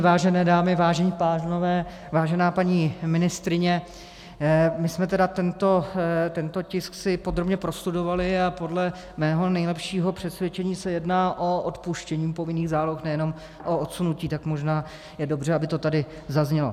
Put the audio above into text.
Vážené dámy, vážení pánové, vážená paní ministryně, my jsme si tedy tento tisk podrobně prostudovali a podle mého nejlepšího přesvědčení se jedná o odpuštění povinných záloh, nejenom o odsunutí, tak možná je dobře, aby to tady zaznělo.